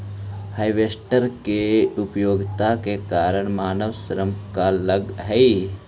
harvester के उपयोगिता के कारण मानव श्रम कम लगऽ हई